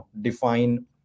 define